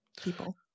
people